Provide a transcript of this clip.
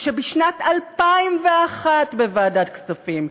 כשבשנת 2001 בוועדת הכספים,